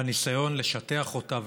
והניסיון לשטח אותה,